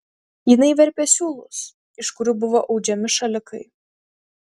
jinai verpė siūlus iš kurių buvo audžiami šalikai